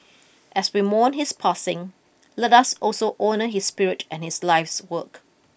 as we mourn his passing let us also honour his spirit and his life's work